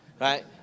Right